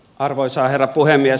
arvoisa herra puhemies